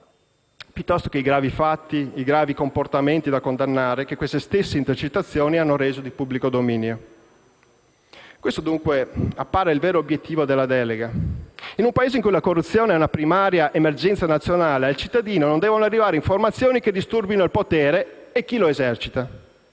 piuttosto che i gravi comportamenti da condannare che quelle stesse intercettazioni hanno reso di pubblico dominio. Questo, dunque, appare il vero obiettivo della delega: in un Paese in cui la corruzione è una primaria emergenza nazionale, al cittadino non devono arrivare informazioni che disturbino il potere e chi lo esercita.